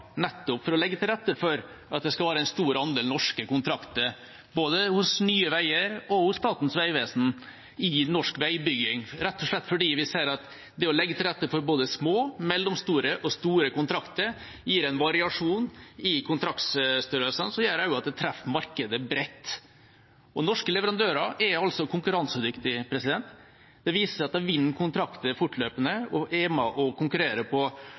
nettopp for å legge til rette for at det skal være en stor andel norske kontrakter, både hos Nye Veier og hos Statens vegvesen, i norsk veibygging – rett og slett fordi vi ser at det å legge til rette for både små, mellomstore og store kontrakter gir en variasjon i kontraktstørrelsene som gjør at det treffer markedet bredt. Norske leverandører er konkurransedyktige. Det vises ved at de vinner kontrakter fortløpende, er med å konkurrere på